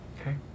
Okay